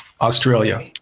Australia